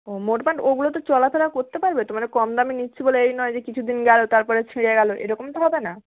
ও মোটমাট ওগুলোতে চলাফেরা করতে পারবে তো মানে কম দামে নিচ্ছি বলে এই নয় যে কিছু দিন গেল তারপরে ছিঁড়ে গেল এরকম তো হবে না